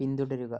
പിന്തുടരുക